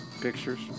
pictures